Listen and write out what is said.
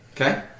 Okay